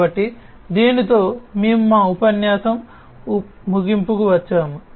కాబట్టి దీనితో మేము ఈ ఉపన్యాసం ముగింపుకు వచ్చాము